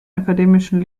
akademischen